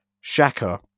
Shaka